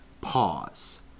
Pause